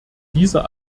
dieser